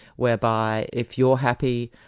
whereby, if you're happy,